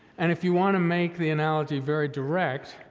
and if you wanna make the analogy very direct,